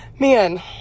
Man